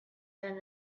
than